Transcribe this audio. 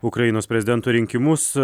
ukrainos prezidento rinkimus